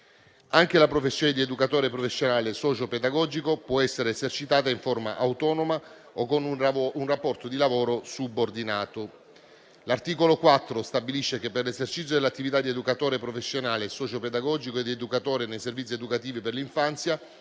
Anche la professione di educatore professionale socio-pedagogico può essere esercitata in forma autonoma o con un rapporto di lavoro subordinato. L'articolo 4 stabilisce che, per l'esercizio dell'attività di educatore professionale socio-pedagogico ed educatore nei servizi educativi per l'infanzia